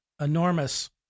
enormous